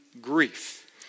Grief